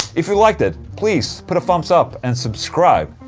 if you liked it, please put a thumps up and subscribe.